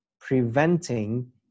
preventing